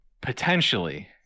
potentially